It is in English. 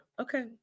Okay